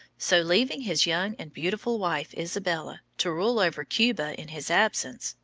so, leaving his young and beautiful wife isabella to rule over cuba in his absence,